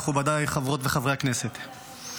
מכובדיי חברות וחברי הכנסת,